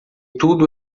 tudo